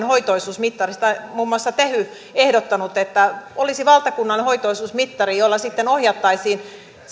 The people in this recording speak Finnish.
hoitoisuusmittari sitä on muun muassa tehy ehdottanut että olisi valtakunnallinen hoitoisuusmittari jolla sitten ohjattaisiin